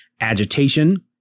agitation